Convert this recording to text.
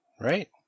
Right